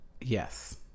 yes